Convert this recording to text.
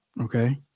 Okay